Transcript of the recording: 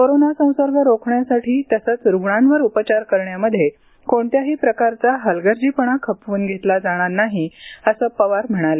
corona संसर्ग रोखण्यासाठी तसंच रुग्णांवर उपचार करण्यामध्ये कोणत्याही प्रकारचा हलगर्जीपणा खपवून घेतला जाणार नाही असं पवार म्हणाले